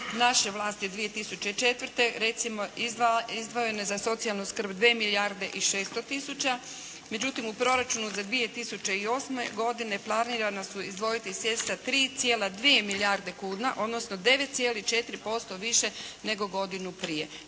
naše vlasti od 2004. Recimo, izdvojeno je za socijalnu skrb 2 milijarde i 600 tisuća. Međutim, u proračunu za 2008. godinu planirano je izdvojiti sredstva 3,2 milijarde kuna odnosno 9,4% više nego godinu prije.